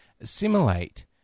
assimilate